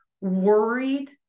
worried